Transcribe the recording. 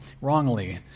wrongly